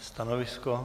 Stanovisko?